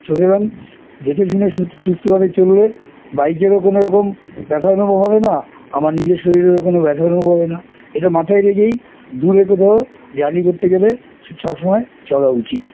সুতরাং দেখে শুনে সুস্থভাবে চললে বাইকেরও কোনোরকম ব্যথা অনুভব হবে না আমার নিজের শরীরেরও কোনো ব্যথা অনুভব হবে না এটা মাথায় রেগেই দূরে কোথাও জার্নি করতে গেলে সব সময় চলা উচিত